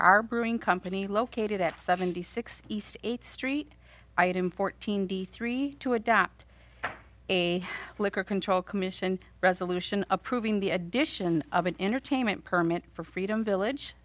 our brewing company located at seventy six east eighth street i am fourteen d three to adopt a liquor control commission resolution approving the addition of an entertainment permit for freedom village